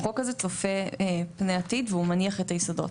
החוק הזה צופה פני עתיד ומניח את היסודות.